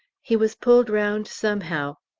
he was pulled round somehow.